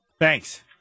Thanks